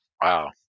Wow